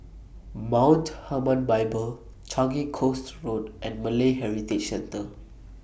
Mount Hermon Bible Changi Coast Road and Malay Heritage Centre